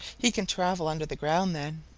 he can travel under the ground then.